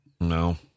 No